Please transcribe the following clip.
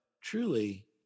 truly